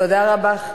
תודה רבה.